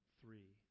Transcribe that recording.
three